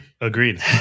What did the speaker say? Agreed